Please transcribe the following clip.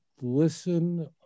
listen